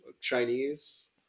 Chinese